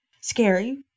Scary